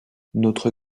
notre